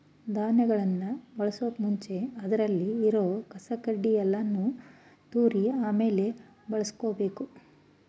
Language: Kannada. ಧಾನ್ಯಗಳನ್ ಬಳಸೋಕು ಮುಂಚೆ ಅದ್ರಲ್ಲಿ ಇರೋ ಕಸ ಕಡ್ಡಿ ಯಲ್ಲಾನು ತೂರಿ ಆಮೇಲೆ ಬಳುಸ್ಕೊಬೇಕು